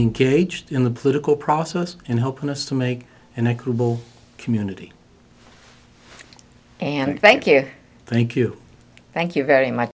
engaged in the political process and helping us to make and i could go community and thank you thank you thank you very much